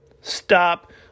Stop